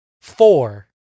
four